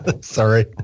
Sorry